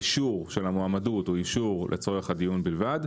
האישור של המועמדות הוא אישור לצורך הדיון בלבד,